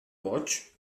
boig